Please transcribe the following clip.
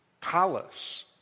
palace